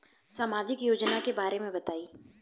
सामाजिक योजना के बारे में बताईं?